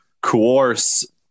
coerce